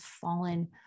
fallen